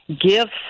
gifts